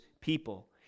people